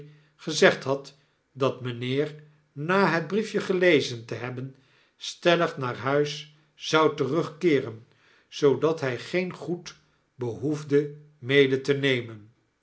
gezegd had dat mijnheer na het briefje gelezen te hebben stellig naar huis zou terugkeeren zoodat hy geen goed behoefde medete nemen